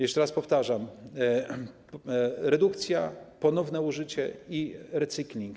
Jeszcze raz powtarzam: redukcja, ponowne użycie i recykling.